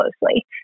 closely